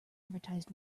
advertised